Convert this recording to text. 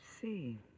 see